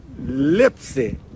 Lipsy